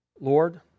Lord